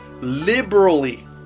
Liberally